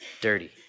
dirty